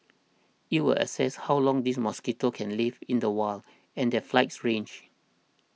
it will assess how long these mosquitoes can live in the wild and their flights range